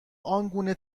آنگونه